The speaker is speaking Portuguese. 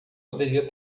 poderia